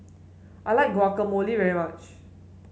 I like Guacamole very much